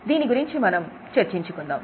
దీని గురించి మనం చర్చించుకుందాం